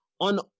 on